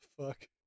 fuck